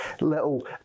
little